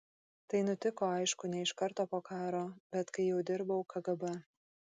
tai nutiko aišku ne iš karto po karo bet kai jau dirbau kgb